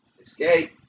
escape